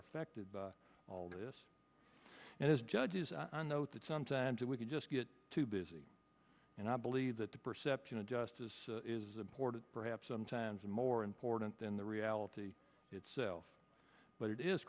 affected by all this and as judges i know that sometimes we could just get too busy and i believe that the perception of justice is important perhaps sometimes more important than the reality itself but it is